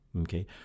Okay